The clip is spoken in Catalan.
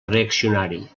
reaccionari